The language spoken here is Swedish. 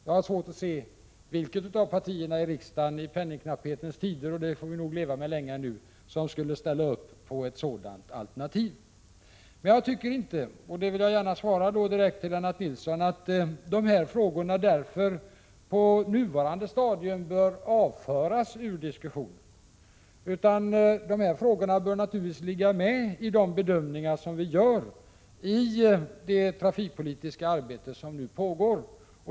Jag har svårt att se vilket av partierna i riksdagen som i penningknapphetens tider — som vi nog får leva med länge ännu — skulle ställa upp för ett sådant alternativ. Men för den skull tycker jag inte — det vill jag gärna direkt svara Lennart Nilsson — att de här frågorna på nuvarande stadium bör avföras från diskussionen, utan de bör naturligtvis ligga med i de bedömningar som vi gör i det trafikpolitiska arbete som pågår.